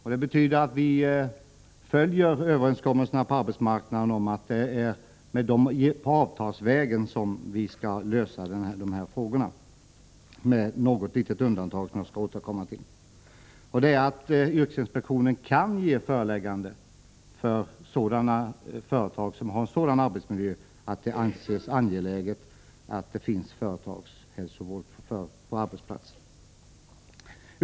Detta betyder att vi följer överenskommelserna på arbetsmarknaden om att det är avtalsvägen som dessa frågor skall lösas—med något litet undantag, som jag skall återkomma till, nämligen att yrkesinspektionen skall kunna ge föreläggande till företag som har en sådan arbetsmiljö att det anses angeläget att det finns företagshälsovård där.